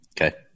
Okay